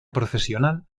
profesional